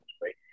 great